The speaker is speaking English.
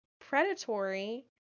predatory